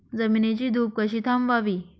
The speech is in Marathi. जमिनीची धूप कशी थांबवावी?